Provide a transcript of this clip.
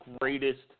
greatest